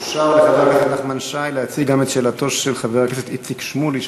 אושר לחבר הכנסת נחמן שי להציג גם את שאלתו של חבר הכנסת איציק שמולי,